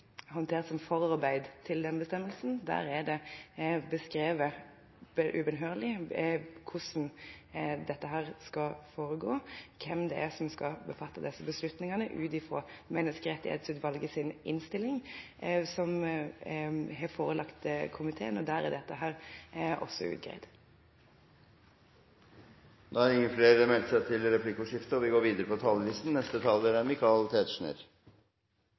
håndtert som forarbeid til denne bestemmelsen. Der er det beskrevet ubønnhørlig hvordan dette skal foregå, og hvem det er som skal fatte disse beslutningene – ut fra Menneskerettighetsutvalgets innstilling, som er forelagt komiteen, og der dette også er utredet. Replikkordskiftet er omme. Grunnloven omsluttes med den største velvilje av de fleste. Det kan vi se særlig nå i mai. Men det er samtidig denne velviljen som til